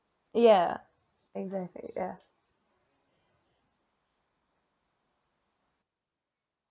ya exactly ya